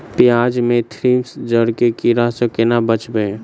प्याज मे थ्रिप्स जड़ केँ कीड़ा सँ केना बचेबै?